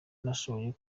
nashoboye